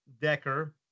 decker